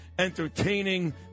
Entertaining